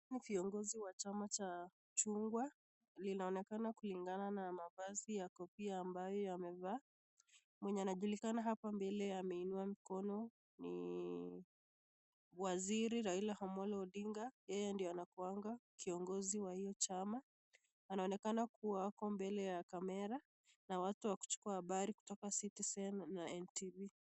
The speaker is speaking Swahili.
Hawa ni viongozi wa chama cha chungwa, inaonekana kulingana na mavazi ya kofia ambayo wamevaa, mwenye anajulikana hapo mbele ameinua mkono ni waziri raila amolo odinga, yeye ndiye anakuwanga Kiongozi wa hio chama, anaonekana kuwa mbele ya kamera, ya watu wa citizen na ntv .